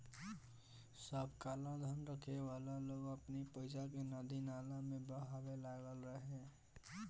सब कालाधन रखे वाला लोग अपनी पईसा के नदी नाला में बहावे लागल रहे